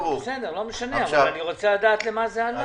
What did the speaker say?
לא משנה, אבל אני רוצה לדעת למה זה הלך.